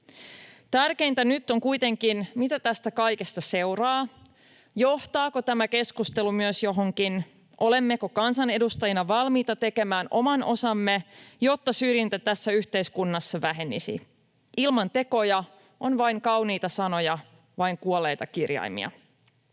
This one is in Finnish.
Tärkeintä nyt on kuitenkin se, mitä tästä kaikesta seuraa: johtaako tämä keskustelu myös johonkin, olemmeko kansanedustajina valmiita tekemään oman osamme, jotta syrjintä tässä yhteiskunnassa vähenisi? Ilman tekoja on vain kauniita sanoja, vain kuolleita kirjaimia.